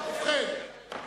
שמעתי.